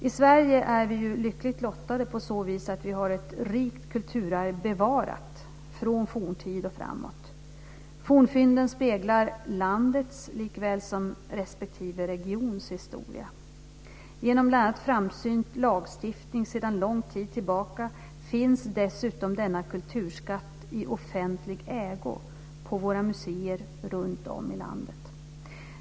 I Sverige är vi lyckligt lottade på så vis att vi har ett rikt kulturarv bevarat från forntid och framåt. Fornfynden speglar landets likväl som respektive regions historia. Genom bl.a. framsynt lagstiftning sedan lång tid tillbaka finns dessutom denna kulturskatt i offentlig ägo på våra museer runtom i landet.